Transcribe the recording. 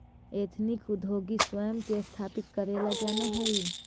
ethnic उद्योगी स्वयं के स्थापित करेला जानऽ हई